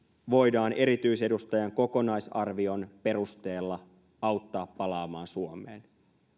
voidaan erityisedustajan kokonaisarvion perusteella auttaa palaamaan suomeen